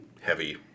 heavy